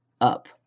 up